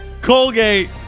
Colgate